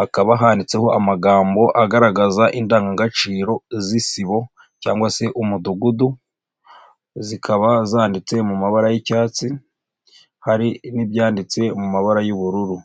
hakaba handitseho amagambo agaragaza indangagaciro z'isibo cyangwa se umudugudu, zikaba zanditse mu mabara y'icyatsi, hari n'ibyanditse mu mabara y'ubururu.